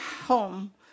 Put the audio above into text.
home